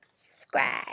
subscribe